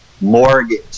Mortgage